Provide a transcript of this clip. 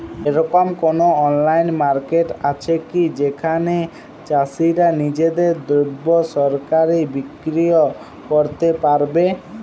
এরকম কোনো online market আছে কি যেখানে চাষীরা নিজেদের দ্রব্য সরাসরি বিক্রয় করতে পারবে?